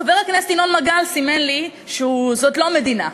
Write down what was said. חבר הכנסת ינון מגל סימן לי שזאת לא מדינה.